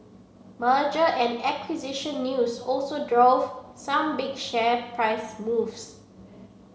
merger and acquisition news also drove some big share price moves